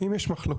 אם יש מחלוקות.